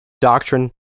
doctrine